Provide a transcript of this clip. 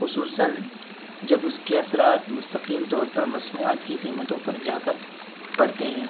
خصوصاً جب اس كے اثرات مستقیم طور پر مصنوعات كی قیمتوں پر جا کر پڑتے ہیں